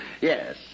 Yes